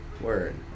Word